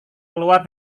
keluar